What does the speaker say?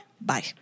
Bye